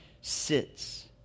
sits